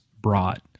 brought